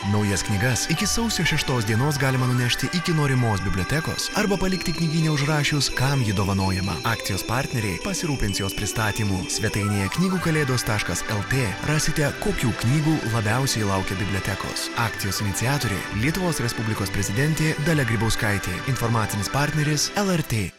naujas knygas iki sausio šeštos dienos galima nunešti iki norimos bibliotekos arba palikti neužrašius kam ji dovanojama akcijos partneriai pasirūpins jos pristatymu svetainėje knygų kalėdos taškas lt rasite kokių knygų labiausiai laukia bibliotekos akcijos iniciatorė lietuvos respublikos prezidentė dalia grybauskaitė informacinis partneris lrt